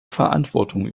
verantwortung